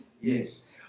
Yes